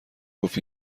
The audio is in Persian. گفت